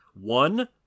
one